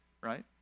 right